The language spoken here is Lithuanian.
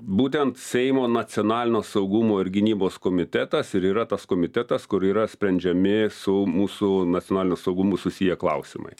būtent seimo nacionalinio saugumo ir gynybos komitetas ir yra tas komitetas kur yra sprendžiami su mūsų nacionaliniu saugumu susiję klausimai